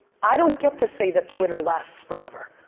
i don't get to say that twitter lasts forever.